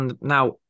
Now